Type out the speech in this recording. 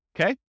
Okay